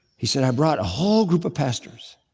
he said, i brought a whole group of pastors